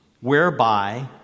whereby